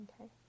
Okay